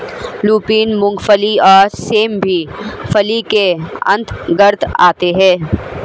lupin, मूंगफली और सेम भी फली के अंतर्गत आते हैं